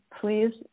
please